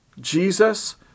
Jesus